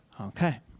okay